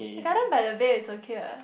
Gardens-by-the-Bay is okay [what]